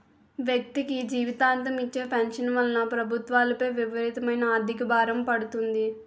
వ్యక్తికి జీవితాంతం ఇచ్చే పెన్షన్ వలన ప్రభుత్వాలపై విపరీతమైన ఆర్థిక భారం పడుతుంది